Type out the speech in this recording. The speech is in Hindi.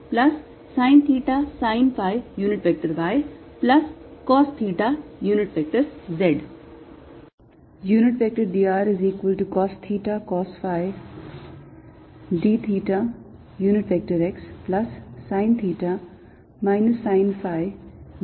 यह y और इस परिवर्तन जो कि minus sine theta z है का जोड़ है इन पदों को देखें यह एक है जो है और यह एक है